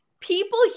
people